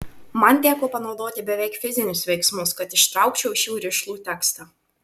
man teko panaudoti beveik fizinius veiksmus kad ištraukčiau iš jų rišlų tekstą